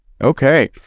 Okay